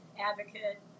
Advocate